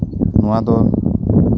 ᱱᱚᱣᱟ ᱫᱚ